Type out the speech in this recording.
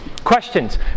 Questions